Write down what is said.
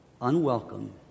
unwelcome